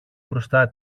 μπροστά